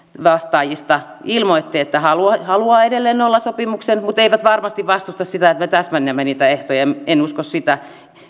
ilmoitti että haluaa edelleen nollasopimuksen mutta ei varmasti vastusta sitä että me täsmennämme niitä ehtoja en usko sitä